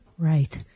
Right